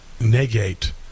negate